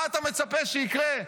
מה אתה מצפה שיקרה?